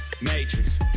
matrix